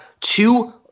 two